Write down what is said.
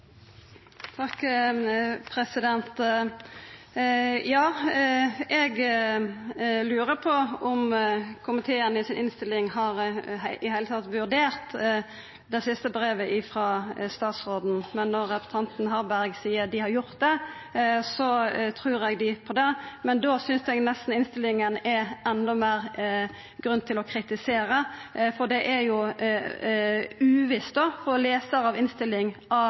Eg lurer på om komiteen i innstillinga i det heile har vurdert det siste brevet frå statsråden. Når representanten Harberg seier at dei har gjort det, så trur eg dei på det, men då synest eg at det nesten er endå større grunn til å kritisera innstillinga, for det er uvisst for ein lesar av